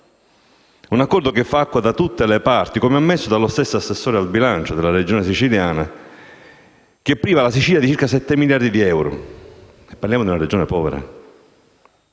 un accordo che fa acqua da tutte le parti, come ammesso dallo stesso assessore al bilancio della Regione siciliana, che priva la Sicilia di circa sette miliardi di euro, e parliamo di una regione povera.